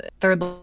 third